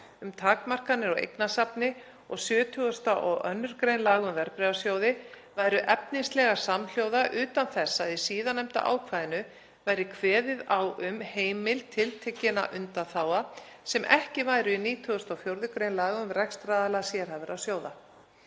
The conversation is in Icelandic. um takmarkanir á eignasafni, og 72. gr. laga um verðbréfasjóði væru efnislega samhljóða utan þess að í síðarnefnda ákvæðinu væri kveðið á um heimild tiltekinna undanþága sem ekki væru í 94. gr. laga um rekstraraðila sérhæfðra sjóða.